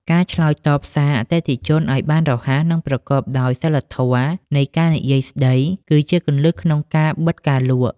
ការឆ្លើយតបសារអតិថិជនឱ្យបានរហ័ស និងប្រកបដោយ សីលធម៌នៃការនិយាយស្ដី គឺជាគន្លឹះក្នុងការបិទការលក់។